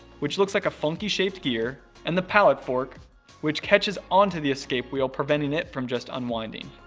which looks like a funky shaped gear and the pallet fork which catches onto the escape wheel preventing it from just unwinding.